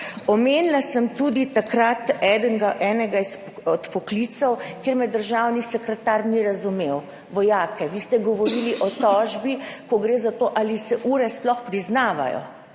omenila tudi enega od poklicev, kjer me državni sekretar ni razumel, to so vojaki. Vi ste govorili o tožbi, ko gre za to, ali se ure sploh priznavajo,